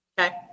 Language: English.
okay